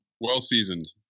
Well-seasoned